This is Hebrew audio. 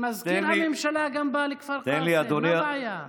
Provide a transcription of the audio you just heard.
ומזכיר הממשלה גם באו לכפר קאסם, מה הבעיה?